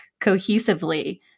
cohesively